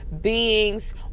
beings